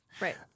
right